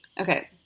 Okay